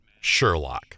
Sherlock